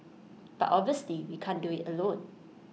but obviously we can't do IT alone